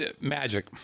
magic